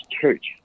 church